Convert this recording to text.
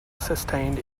sustained